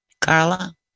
Carla